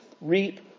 reap